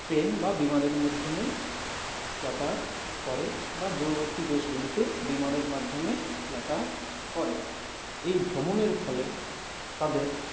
train বা বিমানের মাধ্যমে যাতায়াত করে বা দূরবর্তী দেশগুলিতে বিমানের মাধ্যমে যাতায়াত করে এই ভ্রমণের ফলে তাদের